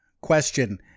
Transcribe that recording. question